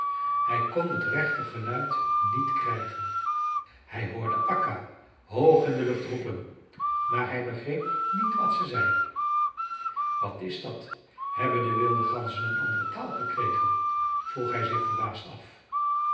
hij kon het rechte geluid niet krijgen hij hoorde akka hoog in de lucht roepen maar hij begreep niet wat ze zei wat is dat hebben de wilde ganzen een andere taal gekregen vroeg hij zich verbaasd af